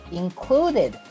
included